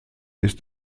ist